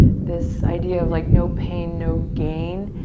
this idea of like no pain no gain